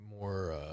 more